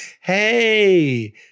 hey